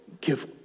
give